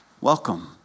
welcome